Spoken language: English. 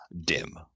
dim